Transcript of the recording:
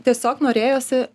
tiesiog norėjosi